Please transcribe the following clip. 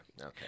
okay